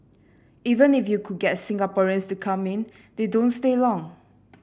even if you could get Singaporeans to come in they don't stay long